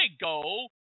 go